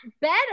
better